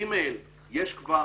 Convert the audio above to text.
גימ"ל, יש כבר